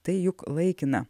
tai juk laikina